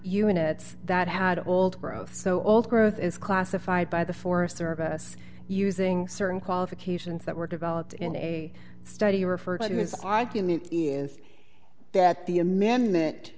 units that had old growth so old growth is classified by the forest service using certain qualifications that were developed in a study you refer to his argument is that the amendment